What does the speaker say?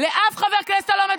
לאף חבר כנסת פה.